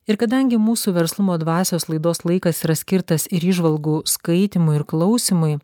ir kadangi mūsų verslumo dvasios laidos laikas yra skirtas ir įžvalgų skaitymui ir klausymui